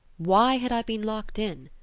why had i been locked in?